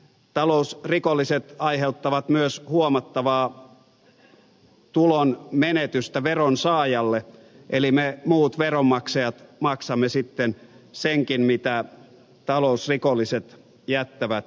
talousrikolliset aiheuttavat myös huomattavaa tulonmenetystä veronsaajalle eli me muut veronmaksajat maksamme sitten senkin mitä talousrikolliset jättävät maksamatta